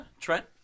Trent